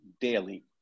daily